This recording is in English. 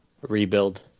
rebuild